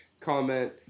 comment